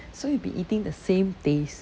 so you will be eating the same taste